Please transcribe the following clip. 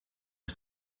are